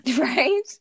Right